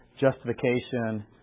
justification